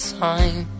time